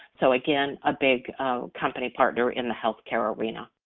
so again, a big company partner in the health care arena.